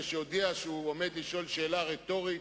האם יכול להיות שיהיה איזה דבר שהוא לא על-פי הרוב?